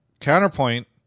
Counterpoint